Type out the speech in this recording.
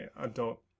adult